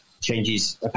changes